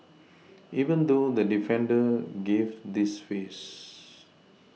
even though the defender gave this face